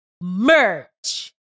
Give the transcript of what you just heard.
Merch